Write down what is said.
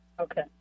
Okay